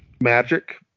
magic